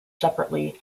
separately